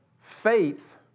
faith